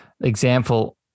Example